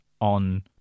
on